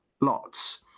lots